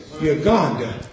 Uganda